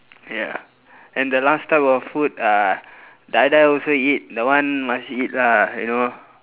ya and the last type of food uh die die also eat that one must eat lah you know